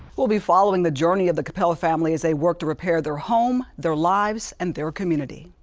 we'll be following the journey of the cappel family as they work to repair their home, their lives and their community.